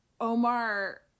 Omar